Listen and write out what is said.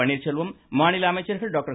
பன்னீர்செல்வம் மாநில அமைச்சர்கள் டாக்டர்